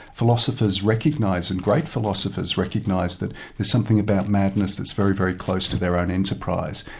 philosophers recognise and great philosophers recognise that there's something about madness that's very, very close to their own enterprise,